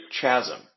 chasm